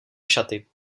šaty